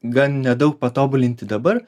gan nedaug patobulinti dabar